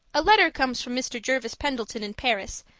a letter comes from mr. jervis pendleton in paris,